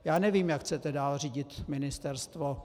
Já nevím, jak chcete dál řídit ministerstvo.